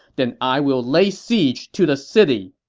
then i will lay siege to the city!